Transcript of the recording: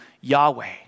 Yahweh